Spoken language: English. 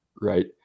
right